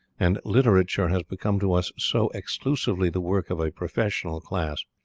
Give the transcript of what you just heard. and literature has become to us so exclusively the work of a professional class,